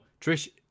Trish